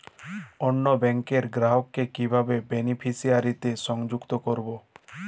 অন্য ব্যাংক র গ্রাহক কে কিভাবে বেনিফিসিয়ারি তে সংযুক্ত করবো?